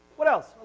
what else?